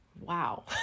wow